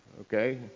okay